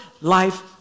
life